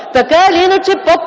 така или иначе,